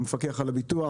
המפקח על הביטוח,